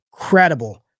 Incredible